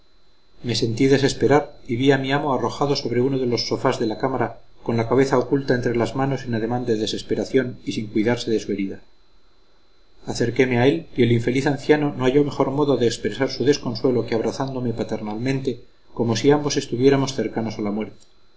me sentí despertar y vi a mi amo arrojado sobre uno de los sofás de la cámara con la cabeza oculta entre las manos en ademán de desesperación y sin cuidarse de su herida acerqueme a él y el infeliz anciano no halló mejor modo de expresar su desconsuelo que abrazándome paternalmente como si ambos estuviéramos cercanos a la muerte